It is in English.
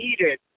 needed